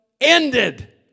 ended